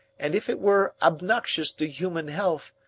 and if it were obnoxious to human health,